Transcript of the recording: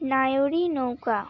নায়ড়ি নৌকা